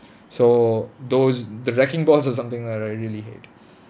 so those the wrecking balls are something that I really hate